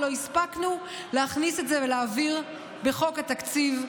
ולא הספקנו להכניס את זה ולהעביר בחוק התקציב,